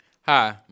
Hi